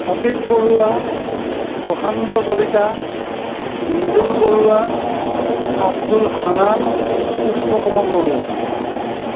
Phatik Barua Prashanta Kalita Mridul Barua Abdul Hanan Pushpa Kamal Barua